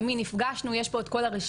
עם מי נפגשנו יש פה את כל הרשימה,